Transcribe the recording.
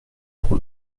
pour